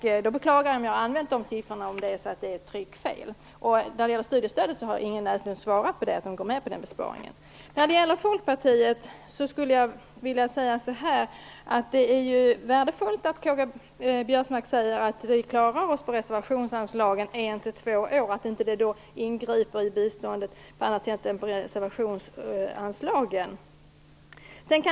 Jag beklagar att jag har använt de siffrorna om det är ett tryckfel. När det gäller studiestödet har Ingrid Näslund svarat att man går med på den besparingen. När det gäller Folkpartiet skulle jag vilja säga att det är värdefullt att K-G Biörsmark säger att vi klarar oss på reservationsanslagen ett två år att det inte ingriper i biståndet på annat sätt.